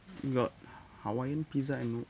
you got hawaiian pizza and